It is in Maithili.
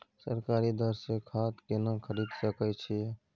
सरकारी दर से खाद केना खरीद सकै छिये?